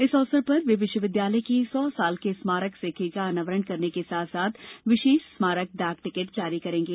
इस अवसर पर वे विश्वविद्यालय के सौ साल के स्मारक सिक्के का अनावरण करने के साथ साथ विशेष स्मारक डाक टिकट जारी करेंगे